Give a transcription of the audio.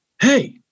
Hey